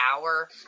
hour